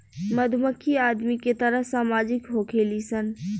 मधुमक्खी आदमी के तरह सामाजिक होखेली सन